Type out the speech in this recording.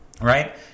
Right